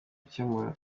gukemura